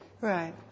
Right